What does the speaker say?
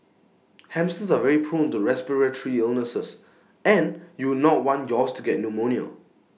hamsters are very prone to respiratory illnesses and you would not want yours to get pneumonia